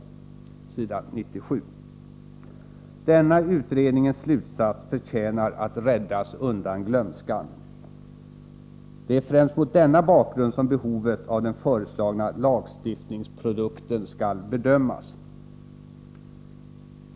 Denna utredningens slutsats förtjänar att räddas undan glömskan. Det är främst mot denna bakgrund som behovet av den föreslagna lagstiftningsprodukten skall bedömas.